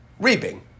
reaping